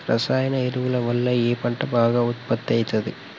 రసాయన ఎరువుల వల్ల ఏ పంట బాగా ఉత్పత్తి అయితది?